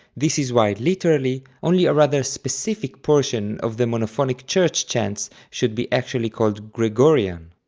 this is why literally only a rather specific portion of the monophonic church chants should be actually called gregorian.